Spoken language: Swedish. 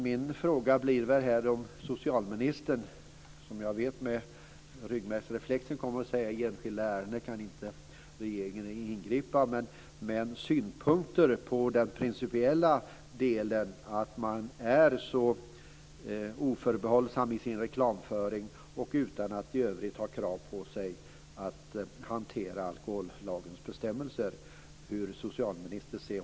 Min fråga är om socialministern - som jag vet med ryggmärgsreflexen kommer att säga att regeringen inte kan ingripa i enskilda ärenden - har synpunkter på den principiella delen, att man är så oförbehållsam i sin reklamföring utan att i övrigt ha krav på sig att hantera alkohollagens bestämmelser. Hur ser socialministern på det?